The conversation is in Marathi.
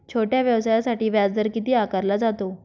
छोट्या व्यवसायासाठी व्याजदर किती आकारला जातो?